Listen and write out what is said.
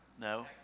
No